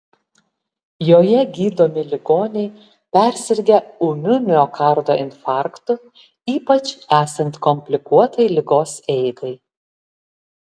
joje gydomi ligoniai persirgę ūmiu miokardo infarktu ypač esant komplikuotai ligos eigai